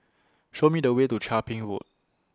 Show Me The Way to Chia Ping Road